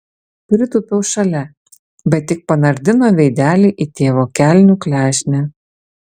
pritūpiau šalia bet tik panardino veidelį į tėvo kelnių klešnę